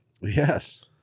Yes